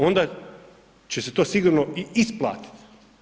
Ona će se to sigurno i isplatiti.